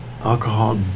alcohol